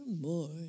more